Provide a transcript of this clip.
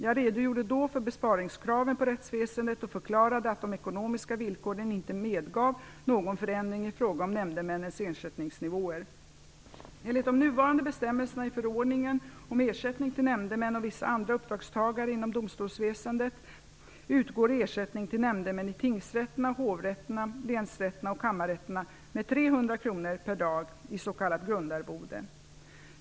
Jag redogjorde då för besparingskraven på rättsväsendet och förklarade att de ekonomiska villkoren inte medgav någon förändring i fråga om nämndemännens ersättningsnivåer. 300 kr per dag i s.k. grundarvode.